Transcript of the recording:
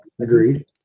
agreed